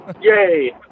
Yay